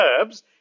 herbs